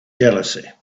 jealousy